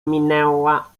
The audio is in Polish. minęła